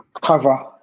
cover